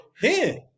hey